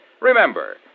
Remember